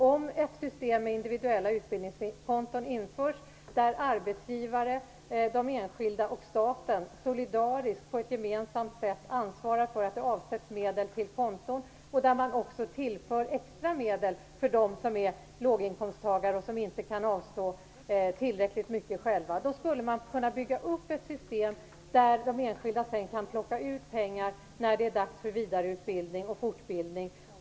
Om ett system med individuella utbildningskonton införs, där arbetsgivare, enskilda och staten solidariskt på ett gemensamt sätt ansvarar för att medel avsätts till konton och extra medel tillförs för dem som är låginkomsttagare och inte kan avstå tillräckligt mycket själva, kan de enskilda sedan plocka ut pengar när det är dags för vidareutbildning och fortbildning.